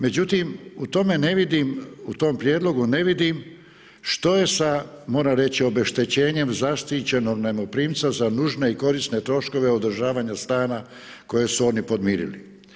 Međutim, u tome ne vidim, u tom prijedlogu ne vidim što je sa moram reći, obeštećenjem zaštićenog najmoprimca za nužne i korisne troškove održavanja stana koje su oni podmirili.